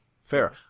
Fair